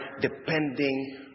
depending